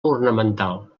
ornamental